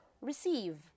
Receive